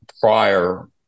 prior